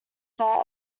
that